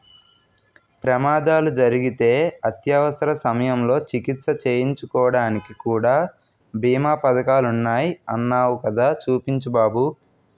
ప్రమాదాలు జరిగితే అత్యవసర సమయంలో చికిత్స చేయించుకోడానికి కూడా బీమా పదకాలున్నాయ్ అన్నావ్ కదా చూపించు బాబు